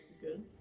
Good